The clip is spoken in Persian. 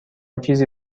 چیزی